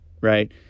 Right